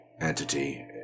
entity